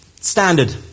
Standard